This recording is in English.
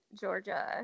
Georgia